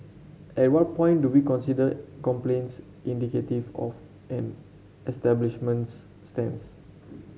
at what point do we consider complaints indicative of an establishment's stance